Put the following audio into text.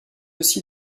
aussi